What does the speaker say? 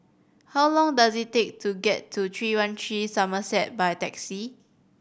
how long does it take to get to Three One Three Somerset by taxi